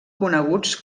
coneguts